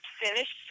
finished